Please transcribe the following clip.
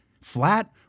Flat